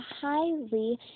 highly